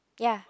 ya